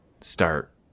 start